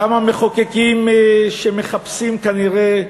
כמה מחוקקים שמחפשים, כנראה,